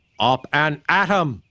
up and atom!